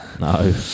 No